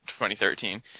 2013